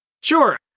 Sure